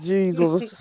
Jesus